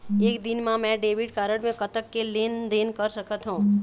एक दिन मा मैं डेबिट कारड मे कतक के लेन देन कर सकत हो?